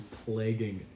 plaguing